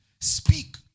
Speak